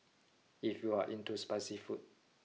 if you are into spicy food